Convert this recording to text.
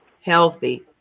healthy